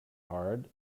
hard